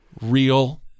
real